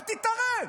אל תתערב.